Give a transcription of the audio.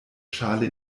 schale